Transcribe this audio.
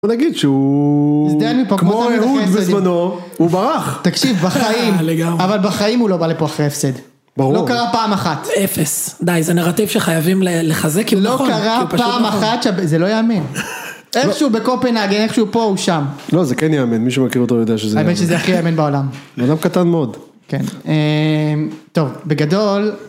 בוא נגיד שהוא, כמו אהוד בזמנו, הוא ברח, תקשיב בחיים, אבל בחיים הוא לא בא לפה אחרי הפסד, ברור, לא קרה פעם אחת, אפס, די זה נרטיב שחייבים לחזק כי הוא נכון, הוא פשוט נכון. לא קרה פעם אחת, זה לא יאמן, איך שהוא בקופנהאגן איך שהוא פה, הוא שם, לא זה כן יאמן, מישהו מכיר אותו יודע שזה יאמן, האמת שזה הכי יאמן בעולם, אדם קטן מאוד, טוב. בגדול